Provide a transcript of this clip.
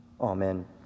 Amen